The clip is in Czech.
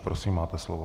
Prosím, máte slovo.